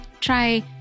try